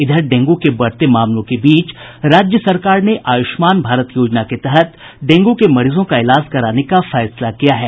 इधर डेंगू के बढ़ते मामलों के बीच राज्य सरकार ने आयुष्मान भारत योजना के तहत डेंगू के मरीजों का इलाज कराने का फैसला किया है